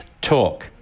talk